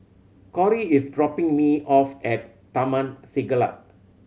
Cory is dropping me off at Taman Siglap